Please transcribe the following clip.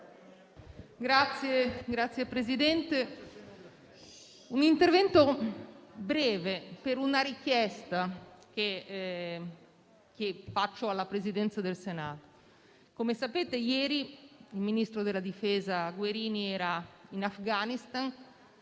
farò un breve intervento per una richiesta che rivolgo alla Presidenza del Senato. Come sapete, ieri il ministro della difesa Guerini era in Afghanistan,